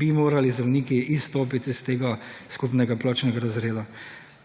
bi morali zdravniki izstopit iz tega skupnega plačnega razreda.